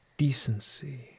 decency